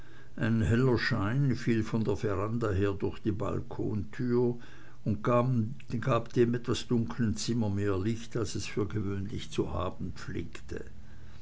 ein heller schein fiel von der veranda her durch die balkontür und gab dem etwas dunklen zimmer mehr licht als es für gewöhnlich zu haben pflegte